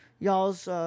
Y'all's